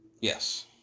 Yes